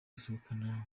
basohokana